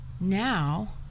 now